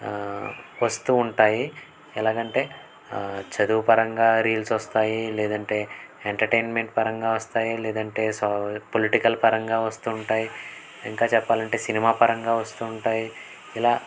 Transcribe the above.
వస్తూ ఉంటాయి ఎలాగంటే చదువు పరంగా రీల్స్ వస్తాయి లేదంటే ఎంటర్టైన్మెంట్ పరంగా వస్తాయి లేదంటే పొలిటికల్ పరంగా వస్తుంటాయి ఇంకా చెప్పాలంటే సినిమా పరంగా వస్తూ ఉంటాయి ఇలా